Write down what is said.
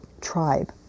tribe